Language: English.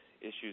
issues